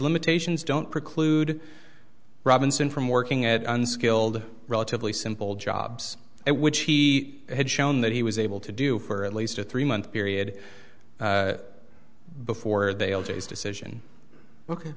limitations don't preclude robinson from working at unskilled relatively simple jobs which he had shown that he was able to do for at least a three month period before they all g s decision o